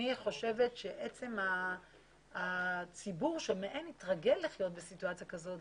אני חושבת שהציבור שכאילו התרגל לחיות בסיטואציה כזאת,